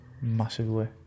Massively